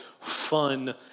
fun